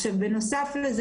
בנוסף לזה,